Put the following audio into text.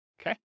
Okay